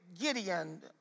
Gideon